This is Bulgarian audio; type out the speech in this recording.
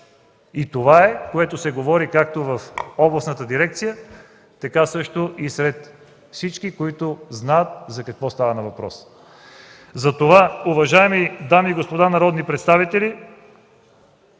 човек. Така се говори както в Областната дирекция, така и сред всички, които знаят за какво става въпрос. Затова, уважаеми дами и господа народни представители,